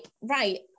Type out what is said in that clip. right